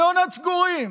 המעונות סגורים,